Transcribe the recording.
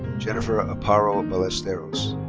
jennifer amparo and ballesteros.